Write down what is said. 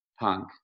punk